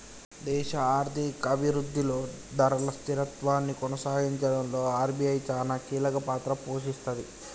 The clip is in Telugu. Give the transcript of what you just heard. దేశ ఆర్థిక అభిరుద్ధిలో ధరల స్థిరత్వాన్ని కొనసాగించడంలో ఆర్.బి.ఐ చానా కీలకపాత్ర పోషిస్తది